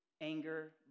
Anger